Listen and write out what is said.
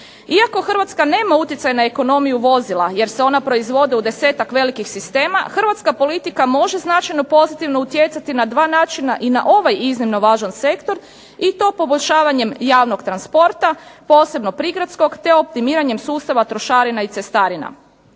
Iako Hrvatska nema utjecaj na ekonomiju vozila jer se ona proizvode u desetak velikih sistema, hrvatska politika može značajno pozitivno utjecati na dva načina i na ovaj iznimno važan sektor i to poboljšavanjem javnog transporta, posebno prigradskog te optimiranjem trošarina i cestarina.